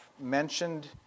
mentioned